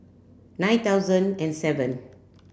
nine thousand and seven